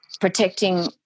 protecting